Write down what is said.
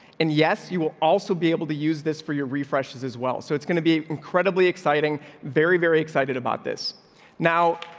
and yes, you will also be able to use this for your refreshes as well. so it's gonna be incredibly exciting. very, very excited about this now.